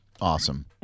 Awesome